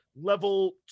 level